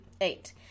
eight